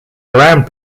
around